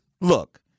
look